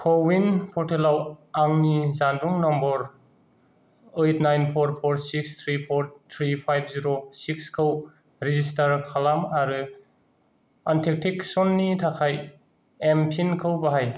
क'विन पर्टेलाव आंनि जानबुं नम्बर ओइद nine four four six three four three five zero सिक्सखौ रेजिस्टार खालाम आरो अथेन्टिकेसननि थाखाय एम पिन खौ बाहाय